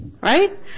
right